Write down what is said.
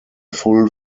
full